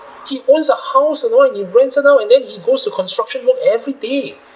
he owns a house you know he rents them out and then he goes to construction work every day